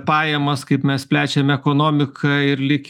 pajamas kaip mes plečiam ekonomiką ir lyg